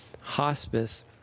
hospice